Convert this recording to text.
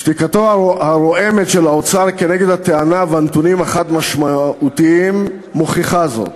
שתיקתו הרועמת של האוצר כנגד הטענה והנתונים החד-משמעיים מוכיחה זאת.